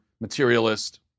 materialist